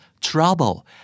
trouble